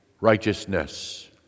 righteousness